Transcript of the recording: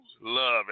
love